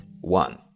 one